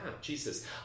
Jesus